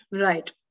Right